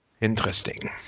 Interesting